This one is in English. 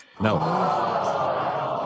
No